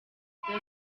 www